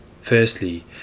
Firstly